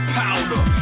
powder